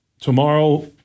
tomorrow